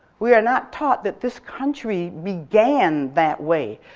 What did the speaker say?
we are not taught that this country began that way.